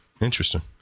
Interesting